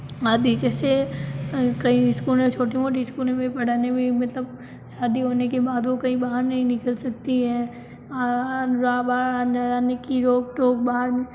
आदि जैसे कहीं इस्कूल में छोटी मोटी इस्कूलों में पढ़ाने में भी मतलब शादी होने के बाद वो कहीं बाहर नहीं निकल सकती हैं अंदर आने की रोक टोक बाहर